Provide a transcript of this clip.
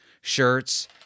shirts